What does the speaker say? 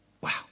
Wow